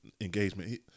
Engagement